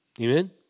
Amen